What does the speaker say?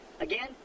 Again